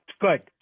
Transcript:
good